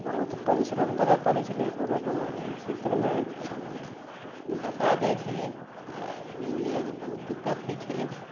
बहुत परिश्रम करऽ पड़य छलै कोनो कोनो एहन क्षेत्रमे एहन एहन घसा जाइ छलै या मानि लिअ जे बहुत दिक्कत होइ छलै